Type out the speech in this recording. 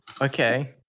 Okay